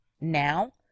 now